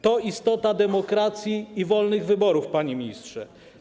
To istota demokracji i wolnych wyborów, panie ministrze.